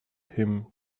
him